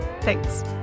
Thanks